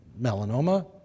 melanoma